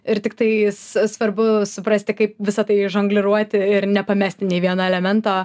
ir tiktai svarbu suprasti kaip visa tai žongliruoti ir nepamesti nei vieno elemento